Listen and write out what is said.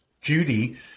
Judy